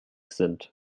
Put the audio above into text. sind